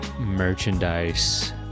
merchandise